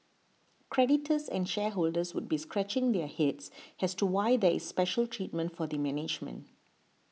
creditors and shareholders would be scratching their heads as to why there is special treatment for the management